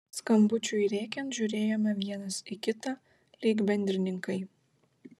skambučiui rėkiant žiūrėjome vienas į kitą lyg bendrininkai